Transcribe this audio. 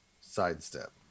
sidestep